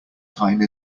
time